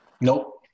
Nope